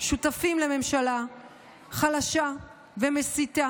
ממשלה רופסת,